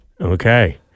Okay